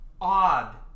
Odd